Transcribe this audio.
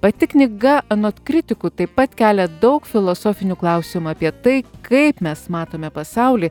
pati knyga anot kritikų taip pat kelia daug filosofinių klausimų apie tai kaip mes matome pasaulį